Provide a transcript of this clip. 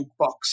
jukebox